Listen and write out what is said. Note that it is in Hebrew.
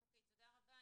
אוקי, תודה רבה.